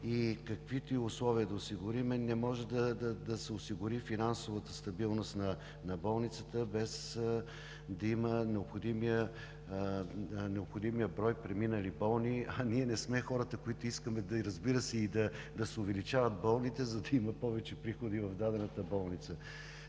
и, каквито и условия да осигурим, не може да се осигури финансовата стабилност на болницата, без да има необходимия брой преминали болни, а ние не сме хората, които искаме да се увеличават болните, за да има повече приходи в дадената болница.